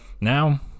Now